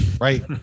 right